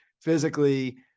physically